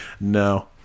No